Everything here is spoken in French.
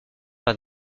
par